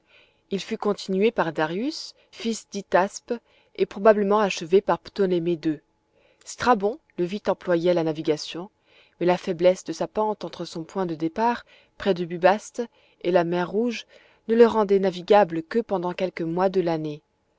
il fut continué par darius fils d'hytaspe et probablement achevé par ptolémée ii strabon le vit employé à la navigation mais la faiblesse de sa pente entre son point de départ près de bubaste et la mer rouge ne le rendait navigable que pendant quelques mois de l'année